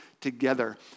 together